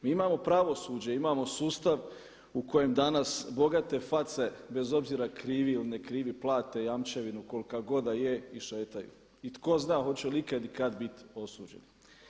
Mi imamo pravosuđe imamo sustav u kojem danas bogate face bez obzira krivi ili ne krivi plate jamčevinu koliko god da je i šetaju i tko zna hoće li ikada i kada biti osuđeni.